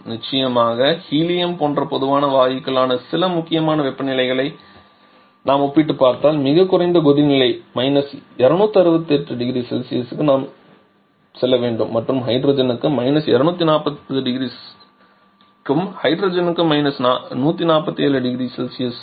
நிச்சயமாக ஹீலியம் போன்ற பொதுவான வாயுக்களுக்கான சில முக்கியமான வெப்பநிலைகளை நாம் ஒப்பிட்டுப் பார்த்தால் மிகக் குறைந்த வெப்பநிலை நிலை − 268 0C க்கு நாம் செல்ல வேண்டும் மற்றும் ஹைட்ரஜனுக்கு 240 0C நைட்ரஜனுக்கு − 147 0C